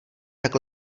tak